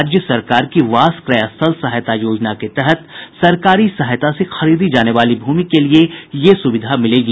राज्य सरकार की वास क्रय स्थल सहायता योजना के तहत सरकारी सहायता से खरीदी जाने वाली भूमि के लिए यह सुविधा मिलेगी